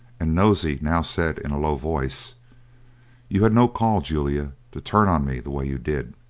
and nosey now said in a low voice you had no call, julia, to turn on me the way you did.